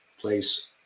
place